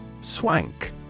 Swank